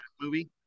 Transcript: movie